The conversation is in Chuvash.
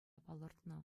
палӑртнӑ